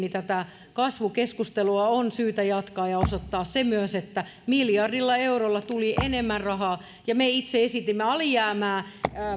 tätä kasvukeskustelua on syytä jatkaa ja osoittaa se myös että miljardilla eurolla tuli enemmän rahaa me itse esitimme alijäämää